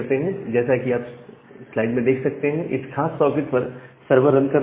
आप जैसा की स्लाइड में देख सकते हैं इस खास सॉकेट पर सर्वर लिसन कर रहा है